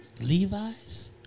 Levi's